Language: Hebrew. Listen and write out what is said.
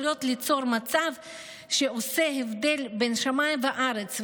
יכולות ליצור מצב שעושה הבדל של שמיים וארץ,